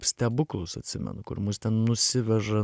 stebuklus atsimenu kur mus ten nusiveža